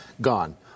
gone